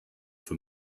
for